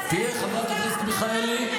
חברת הכנסת מיכאלי,